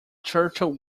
churchill